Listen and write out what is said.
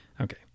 Okay